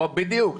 בדיוק,